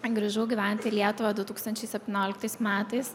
grįžau gyvent į lietuvą du tūkstančiai septynioliktais metais